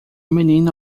menino